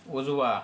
उजवा